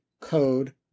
code